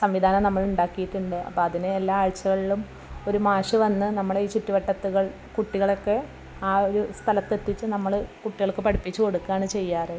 സംവിധാനം നമ്മളുണ്ടാക്കിയിട്ടുണ്ട് അപ്പോൾ അതിന് എല്ലാ ആഴ്ച്ചകളിലും ഒരു മാഷ് വന്ന് നമ്മളെ ഈ ചുറ്റുവട്ടത്തിലുള്ള കുട്ടികളെയൊക്കെ ആ ഒരു സ്ഥലത്തെത്തിച്ച് നമ്മൾ കുട്ടികൾക്ക് പഠിപ്പിച്ച് കൊടുക്കുകയാണ് ചെയ്യാറ്